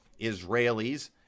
Israelis